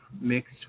mixed